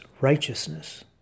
righteousness